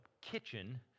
kitchen